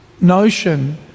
notion